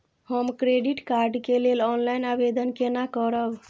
हम credit card के लेल ऑनलाइन आवेदन केना करब?